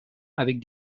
avec